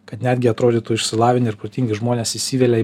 kad netgi atrodytų išsilavinę ir protingi žmonės įsivelia į